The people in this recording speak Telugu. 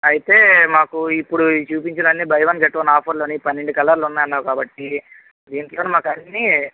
అయితే మాకు ఇప్పుడు చూపించినన్నీ buy one get one offer లోని పన్నెండు కలర్లు ఉన్నాయన్నావు కాబట్టి దీంట్లోని మాకన్నీ